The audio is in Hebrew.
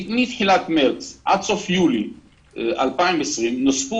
מתחיל מרץ עד סוף יולי 2020 נוספו